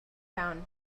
town